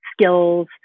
skills